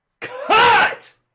Cut